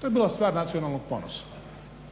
To je bila stvar nacionalnog ponosa.